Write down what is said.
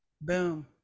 boom